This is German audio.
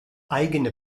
eigene